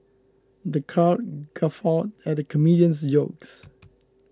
the crowd guffawed at the comedian's jokes